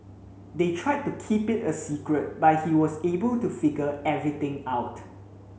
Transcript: they tried to keep it a secret but he was able to figure everything out